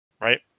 Right